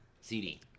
CD